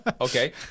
Okay